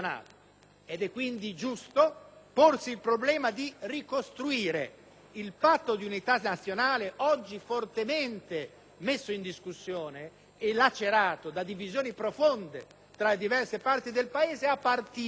È quindi necessario porsi il problema di ricostruire il patto di unità nazionale, oggi fortemente messo in discussione e lacerato da divisioni profonde tra le diverse parti del Paese, a partire